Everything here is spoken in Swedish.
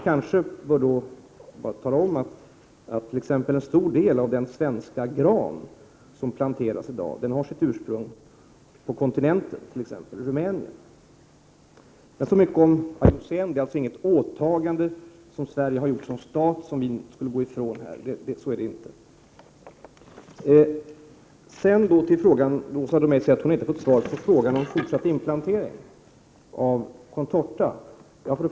Kanske bör det dock framhållas att t.ex. en stor andel av den svenska granen som planteras i dag har sitt ursprung på kontinenten, exempelvis i Rumänien. När det gäller TUCN rör det sig alltså inte om något åtagande från Sveriges sida som stat i ett organ som vi skulle frångå här. Åsa Domeij säger att hon inte har fått något svar på sin fråga om fortsatt inplantering av contortan.